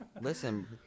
Listen